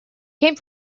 came